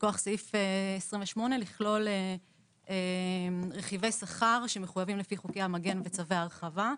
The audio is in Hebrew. מכוח סעיף 28 לכלול רכיבי שכר שמחויבים לפי חוקי המגן בצווי הרחבה,